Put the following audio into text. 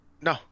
No